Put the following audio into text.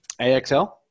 AXL